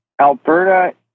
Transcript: Alberta